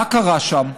מה קרה שם?